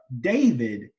David